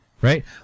Right